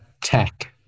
tech